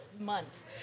months